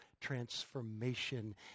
transformation